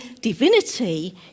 divinity